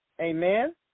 Amen